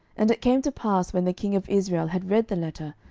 and it came to pass, when the king of israel had read the letter,